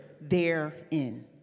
therein